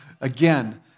again